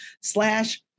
slash